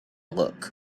look